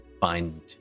find